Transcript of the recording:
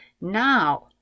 now